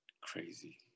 Crazy